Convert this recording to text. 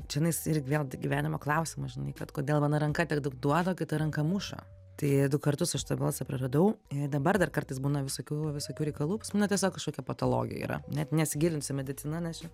čionais ir vėl d gyvenimo klausimas žinai kad kodėl viena ranka tiek daug duoda o kita ranka muša tai du kartus aš tą balsą praradau dabar dar kartais būna visokių visokių reikalų pas mane tiesiog kažkokia patologija yra net nesigilinsiu į mediciną nes čia